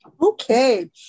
Okay